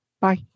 Bye